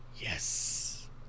Yes